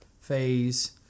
phase